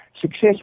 Success